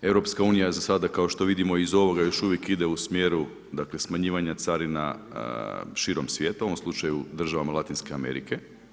EU je za sada kao što vidimo iz ovoga, još uvijek ide u smjeru smanjivanja carina širom svijeta, u ovom slučaju državama Latinske Amerike.